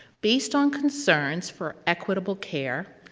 based on concerns for equitable care,